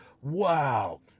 Wow